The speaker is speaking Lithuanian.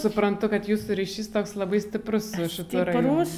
suprantu kad jūsų ryšys toks labai stiprus su šitu rajonu